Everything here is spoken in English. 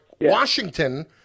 Washington